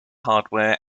hardware